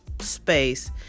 space